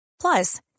Plus